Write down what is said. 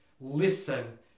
Listen